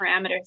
parameters